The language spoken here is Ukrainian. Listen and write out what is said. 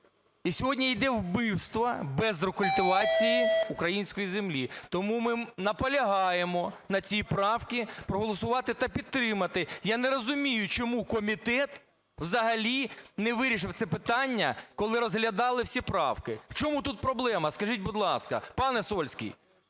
І сьогодні йде вбивство без рекультивації української землі. Тому ми наполягаємо на цій правці проголосувати та підтримати. Я не розумію, чому комітет взагалі не вирішив це питання, коли розглядали всі правки. В чому тут проблема, скажіть, будь ласка, пане Сольський?